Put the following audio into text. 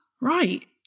right